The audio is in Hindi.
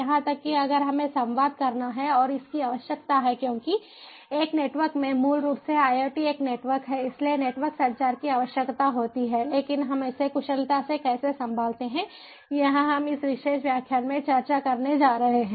यहां तक कि अगर हमें संवाद करना है और इसकी आवश्यकता है क्योंकि एक नेटवर्क में मूल रूप से IoT एक नेटवर्क है इसलिए नेटवर्क संचार की आवश्यकता होती है लेकिन हम इसे कुशलता से कैसे संभालते हैं यह हम इस विशेष व्याख्यान में चर्चा करने जा रहे हैं